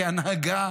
כהנהגה,